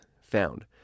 found